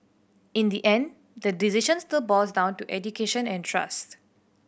in the end the decision still boils down to education and trust